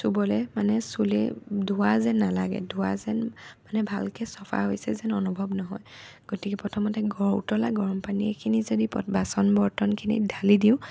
চুবলে মানে চুলেই ধুৱা যেন নালাগে ধুৱা যেন মানে ভালকৈ চাফা হৈছে যেন অনুভৱ নহয় গতিকে প্ৰথমতে ঘৰৰ উতলা গৰম পানী এখিনি যদি বাচন বৰ্তনখিনিত ঢালি দিওঁ